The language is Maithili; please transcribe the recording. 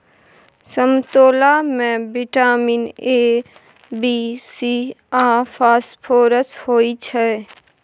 समतोला मे बिटामिन ए, बी, सी आ फास्फोरस होइ छै